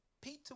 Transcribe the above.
Peter